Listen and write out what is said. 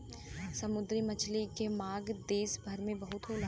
समुंदरी मछली के मांग देस भर में बहुत हौ